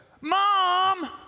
Mom